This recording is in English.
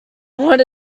what